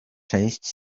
część